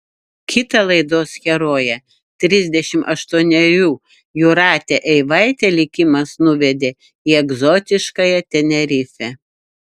kitą laidos heroję trisdešimt aštuonerių jūratę eivaitę likimas nuvedė į egzotiškąją tenerifę